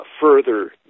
further